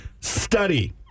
study